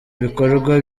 bikorwa